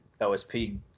OSP